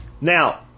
Now